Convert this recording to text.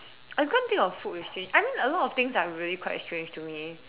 I can't think of food with strange I mean a lot of things are really quite strange to me